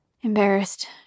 Embarrassed